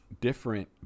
different